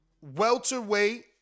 welterweight